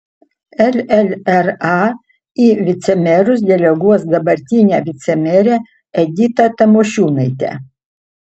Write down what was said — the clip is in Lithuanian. llra į vicemerus deleguos dabartinę vicemerę editą tamošiūnaitę